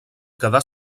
quedà